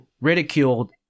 ridiculed